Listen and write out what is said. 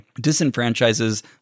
disenfranchises